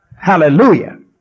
Hallelujah